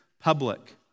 public